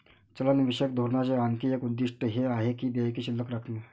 चलनविषयक धोरणाचे आणखी एक उद्दिष्ट हे आहे की देयके शिल्लक राखणे